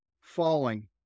falling